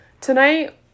Tonight